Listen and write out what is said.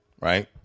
right